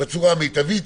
בצורה המיטבית,